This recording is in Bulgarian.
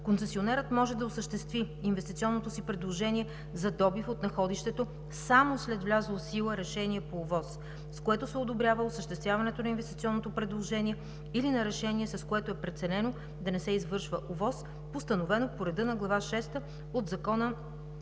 Концесионерът може да осъществи инвестиционното си предложение за добив от находището само след влязло в сила решение по ОВОС, с което се одобрява осъществяването на инвестиционното предложение или на решение, с което е преценено да не се извършва ОВОС, постановено по реда на Глава шеста от Закона за